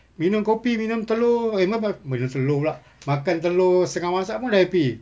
minum kopi minum telur eh ma~ mak~ minum telur pula makan telur setengah masak pun happy